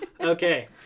Okay